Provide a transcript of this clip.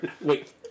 Wait